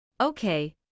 Okay